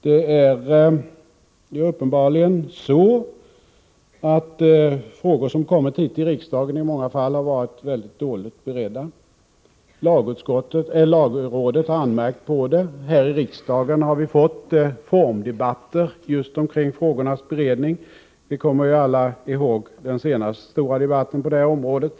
Det är uppenbarligen så att frågor som kommit hit till riksdagen har i många fall varit dåligt beredda. Lagrådet har anmärkt på det. Här i riksdagen har vi fått formdebatter just omkring frågornas beredning. Vi kommer alla ihåg den senaste stora debatten på det området.